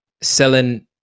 selling